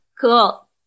Cool